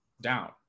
down